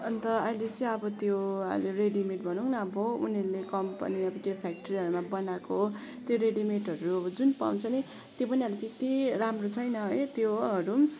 अन्त अहिले चाहिँ अब त्यो अहिले रेडिमेड भनौँ न अब उनीहरूले कम्पनी अब त्यो फ्याक्ट्रीहरूमा बनाएको त्यो रेडिमेडहरू जुन पाउँछ नि त्यो पनि अब त्यति राम्रो छैन है त्योहरू पनि